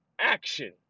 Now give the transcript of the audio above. Action